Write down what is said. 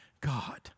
God